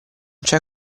c’è